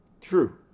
True